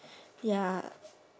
ya